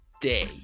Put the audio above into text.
day